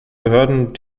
behörden